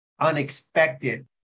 unexpected